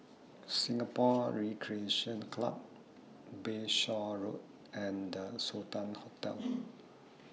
Singapore Recreation Club Bayshore Road and The Sultan Hotel